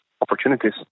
opportunities